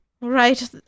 right